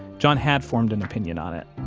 john had formed an opinion on it.